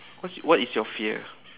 what what is your fear